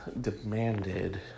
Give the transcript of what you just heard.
demanded